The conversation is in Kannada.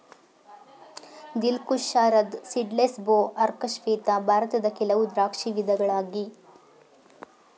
ದಿಲ್ ಖುಷ್, ಶರದ್ ಸೀಡ್ಲೆಸ್, ಭೋ, ಅರ್ಕ ಶ್ವೇತ ಭಾರತದ ಕೆಲವು ದ್ರಾಕ್ಷಿ ವಿಧಗಳಾಗಿ